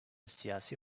siyasi